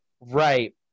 Right